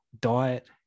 diet